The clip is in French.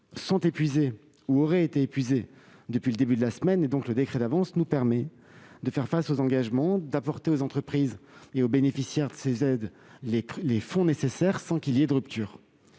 sont épuisés, ou plutôt auraient été épuisés, depuis le début de cette semaine. Le décret d'avance nous permet donc de faire face aux engagements pris et d'apporter aux entreprises et aux bénéficiaires de ces aides les fonds nécessaires, sans qu'il y ait de rupture.